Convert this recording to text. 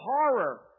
horror